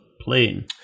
plane